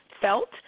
felt